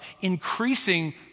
increasing